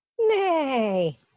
Nay